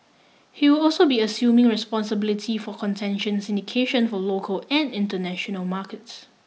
he will also be assuming responsibility for contention syndication for local and international markets